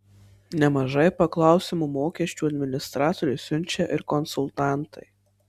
nemažai paklausimų mokesčių administratoriui siunčia ir konsultantai